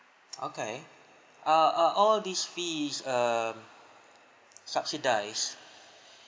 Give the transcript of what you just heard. okay uh uh all these fees um subsidise